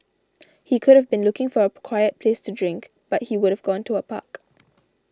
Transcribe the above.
he could have been looking for a quiet place to drink but he would've gone to a park